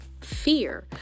fear